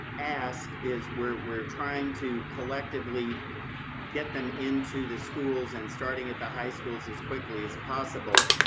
ask is we're trying to collectively get them into the schools, and starting at the high schools, as quickly as possible.